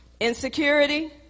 insecurity